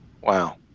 Wow